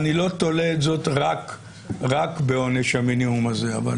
אני לא תולה את זה רק בעונש המינימום הזה אבל